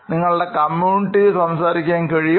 നിങ്ങളുടെ കമ്മ്യൂണിറ്റിയിൽ സംസാരിക്കാൻ കഴിയും